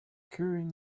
queuing